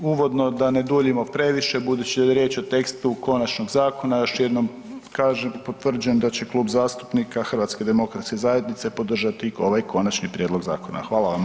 Uvodno da ne duljimo previše budući da je riječ o tekstu konačnog zakona još jednom kažem potvrđujem da će Klub zastupnika HDZ-a podržati ovaj konačni prijedlog zakona.